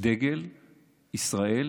דגל ישראל,